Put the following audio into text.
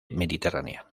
mediterránea